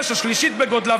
יש השלישית בגודלה,